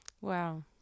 Wow